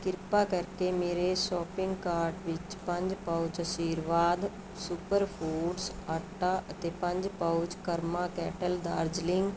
ਕਿਰਪਾ ਕਰਕੇ ਮੇਰੇ ਸ਼ੋਪਿੰਗ ਕਾਰਡ ਵਿੱਚ ਪੰਜ pouch Aashirvaad super foods atta ਅਤੇ ਪੰਜ ਪਾਊਚ ਕਰਮਾ ਕੈਟਲ ਦਾਰਜਲਿੰਗ